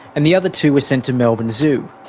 and the other two were sent to melbourne zoo.